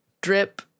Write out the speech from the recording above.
drip